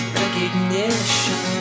recognition